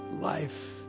life